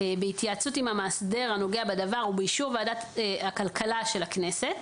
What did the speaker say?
בהתייעצות עם המאסדר הנוגע בדבר ובאישור ועדת הכלכלה של הכנסת,